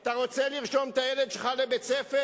אתה רוצה לרשום את הילד שלך לבית-הספר,